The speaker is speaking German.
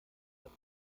dazu